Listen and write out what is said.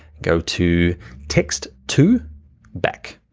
go to text two back.